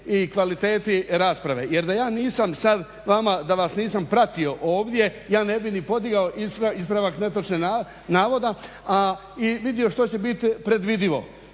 i kvaliteti rasprave, jer da ja nisam sad vama, da vas nisam pratio ovdje ja ne bi ni podigao ispravak netočnog navoda, a i vidio što će bit predvidivo,